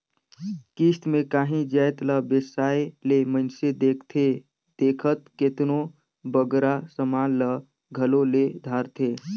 किस्त में कांही जाएत ला बेसाए ले मइनसे देखथे देखत केतनों बगरा समान ल घलो ले धारथे